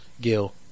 gil